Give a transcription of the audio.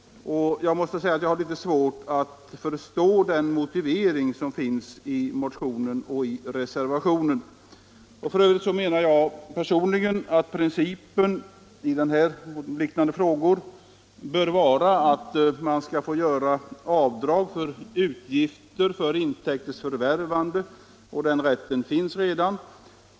Jag måste säga att jag har litet svårt att förstå motionens och reservationens motivering. F. ö. anser jag att principen i denna och liknande frågor bör vara att man skall få göra avdrag för utgifter för intäkternas förvärvande. Den rätten finns redan.